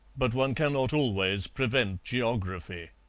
but one cannot always prevent geography.